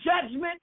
judgment